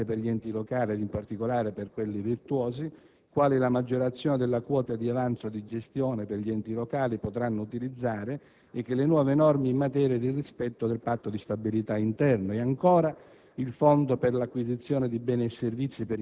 Il decreto contiene anche norme importanti per gli enti locali ed, in particolare, per quelli virtuosi, quali la maggiorazione della quota di avanzo di gestione che gli enti locali potranno utilizzare e le nuove norme in materia di rispetto del Patto di stabilità interno; e ancora